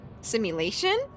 simulation